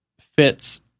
fits